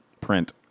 print